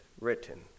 written